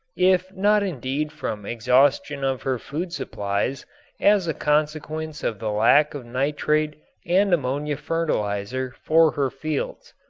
if not indeed from exhaustion of her food supplies as a consequence of the lack of nitrate and ammonia fertilizer for her fields.